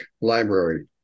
Library